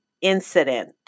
incident